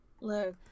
Look